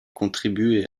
contribué